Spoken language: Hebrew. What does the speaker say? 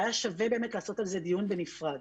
והיה שווה באמת לעשות על זה דיון בנפרד.